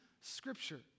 scripture